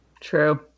true